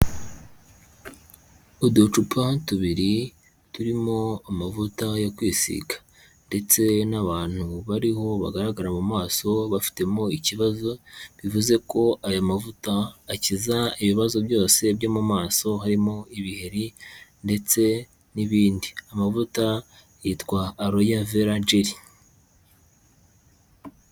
Uducupa tubiri turimo amavuta yo kwisiga ndetse n'abantu bariho bagaragara mu maso bafitemo ikibazo, bivuze ko aya mavuta akiza ibibazo byose byo mu maso harimo ibiheri ndetse n'ibindi. Amavuta yitwa Aloe Vera Gelly.